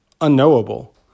unknowable